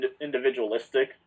individualistic